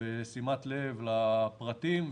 ושימת לב לפרטים,